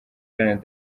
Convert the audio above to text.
iharanira